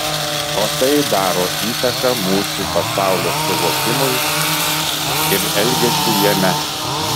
o tai daro įtaką mūsų pasaulio suvokimui ir elgesiui jame